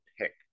pick